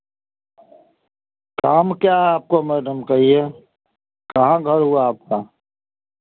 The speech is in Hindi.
काम क्या है आपको मैडम कहिए कहाँ घर हुआ आपका